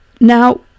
Now